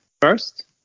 first